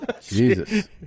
Jesus